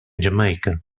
jamaica